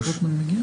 אני אומר